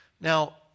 Now